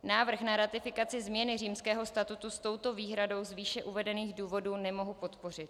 Návrh na ratifikaci změny Římského statutu s touto výhradou z výše uvedených důvodů nemohu podpořit.